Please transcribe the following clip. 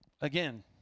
again